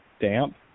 damp